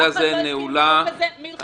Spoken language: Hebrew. אף אחד לא הסכים עם החוק הזה מלכתחילה.